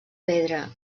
pedra